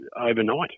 overnight